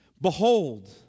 Behold